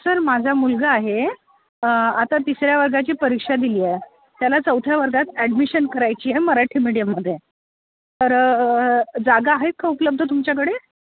sir माझा मुलगा आहे आता तिसऱ्या वर्गाची परीक्षा दिली आहे त्याला चौथ्या वर्गात ॲडमिशन करायची आहे मराठी मीडियममध्ये तर जागा आहेत का उपलब्ध तुमच्याकडे